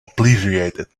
obliterated